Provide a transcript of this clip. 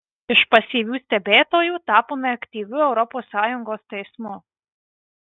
iš pasyvių stebėtojų tapome aktyviu europos sąjungos teismu